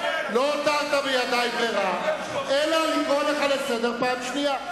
לא הותרת בידי ברירה אלא לקרוא לך לסדר פעם שנייה.